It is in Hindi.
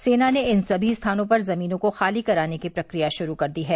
सेना ने इन सभी स्थानों पर जमीनों को खाली कराने की प्रक्रिया शुरू कर दी है